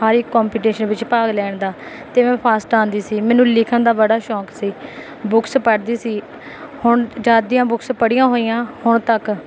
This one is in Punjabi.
ਹਰ ਇੱਕ ਕੰਪੀਟੀਸ਼ਨ ਵਿੱਚ ਭਾਗ ਲੈਣ ਦਾ ਅਤੇ ਮੈਂ ਫਰਸਟ ਆਉਂਦੀ ਸੀ ਮੈਨੂੰ ਲਿਖਣ ਦਾ ਬੜਾ ਸ਼ੌਂਕ ਸੀ ਬੁੱਕਸ ਪੜ੍ਹਦੀ ਸੀ ਹੁਣ ਜਦੋਂ ਦੀਆਂ ਬੁੱਕਸ ਪੜ੍ਹੀਆਂ ਹੋਈਆਂ ਹੁਣ ਤੱਕ